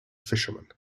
fisherman